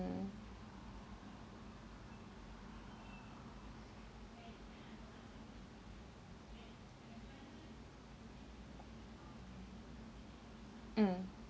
um um